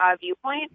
viewpoint